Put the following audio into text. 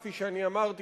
כפי שאני אמרתי,